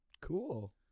cool